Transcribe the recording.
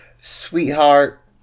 sweetheart